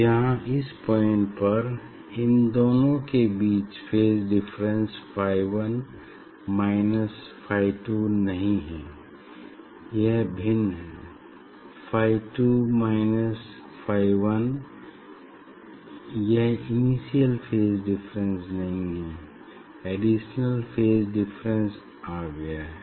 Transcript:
यहाँ इस पॉइंट पर इन दोनों के बीच phase difference phi 1 minus phi 2 नहीं है यह भिन्न है फाई 2 माइनस फाई 1 यह इनिशियल फेज डिफरेंस नहीं है एडिशनल फेज डिफरेंस आ गया है